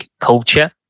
culture